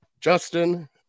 Justin